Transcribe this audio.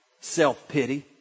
self-pity